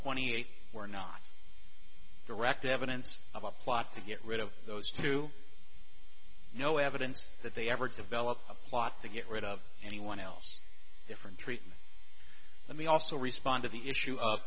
twenty eight were not direct evidence of a plot to get rid of those too no evidence that they ever developed a plot to get rid of anyone else different treatment let me also respond to the issue of